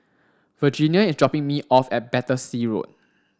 Virginia is dropping me off at Battersea Road